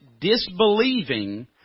Disbelieving